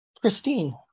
Christine